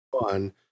fun